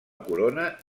corona